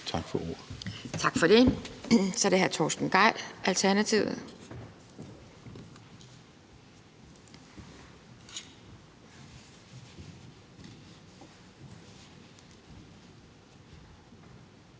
Kjærsgaard): Tak for det. Så er det hr. Torsten Gejl, Alternativet.